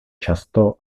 často